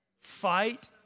Fight